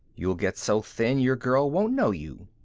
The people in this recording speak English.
you'll get so thin your girl won't know you.